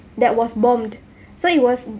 that was bombed so it was